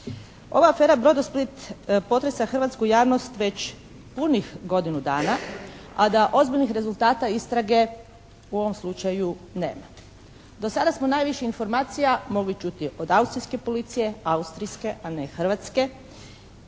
Ova afera "Brodosplit" potresa hrvatsku javnost već punih godinu dana, a da ozbiljnih rezultata istrage u ovom slučaju nema. Do sada smo najviše informacija mogli čuti od austrijske policije, austrijske a ne hrvatske.